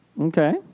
okay